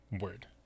Word